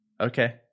Okay